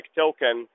token